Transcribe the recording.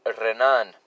Renan